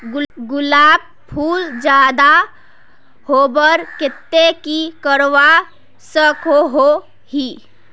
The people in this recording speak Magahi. गुलाब फूल ज्यादा होबार केते की करवा सकोहो ही?